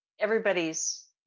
everybody's